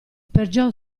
peggior